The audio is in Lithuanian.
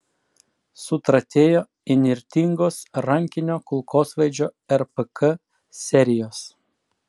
sutratėjo įnirtingos rankinio kulkosvaidžio rpk serijos